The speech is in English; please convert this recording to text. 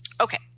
Okay